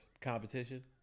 competition